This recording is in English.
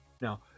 now